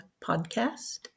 Podcast